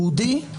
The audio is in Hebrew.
יהודי,